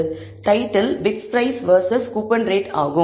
எனவே title bit price versus coupon coupon rate ஆகும்